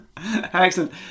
Excellent